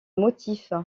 motif